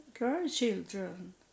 Grandchildren